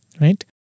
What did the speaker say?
right